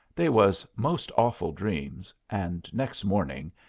they was most awful dreams, and next morning,